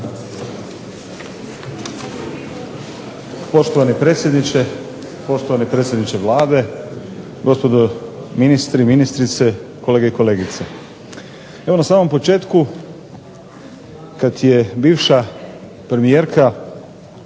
Poštovani predsjedniče, poštovani predsjedniče Vlade, gospodo ministri, ministrice, kolege i kolegice. Evo na samom početku kad je bivša premijerka